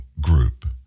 group